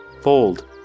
Fold